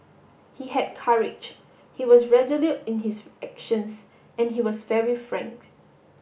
he had courage he was resolute in his actions and he was very frank